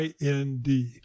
IND